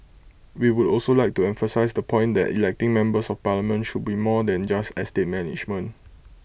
we would also like to emphasise the point that electing members of parliament should be more than just estate management